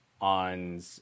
on